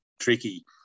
tricky